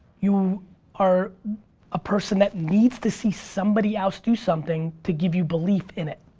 you are a person that needs to see somebody else do something to give you belief in it.